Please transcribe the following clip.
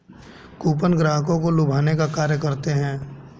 coupon ग्राहकों को लुभाने का कार्य करते हैं